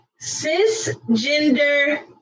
cisgender